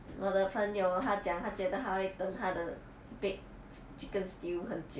我的朋友他讲他觉得他会等他的 bakes chicken stew 很久